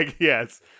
Yes